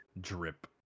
Drip